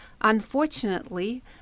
unfortunately